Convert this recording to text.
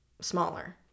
smaller